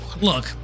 look